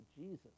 Jesus